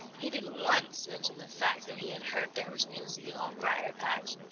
he didn't once mention the fact that he had heard there was news in the old briar-patch.